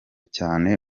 cyane